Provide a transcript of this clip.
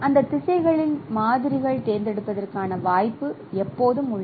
அந்த திசைகளில் மாதிரிகள் தேர்ந்தெடுப்பதற்கான வாய்ப்பு எப்போதும் உள்ளது